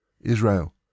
Israel